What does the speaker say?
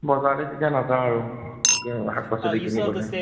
বজাৰলৈ তেতিয়া নাযাওঁ আৰু শাক পাচলি কিনিবলৈ